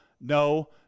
no